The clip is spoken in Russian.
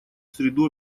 среду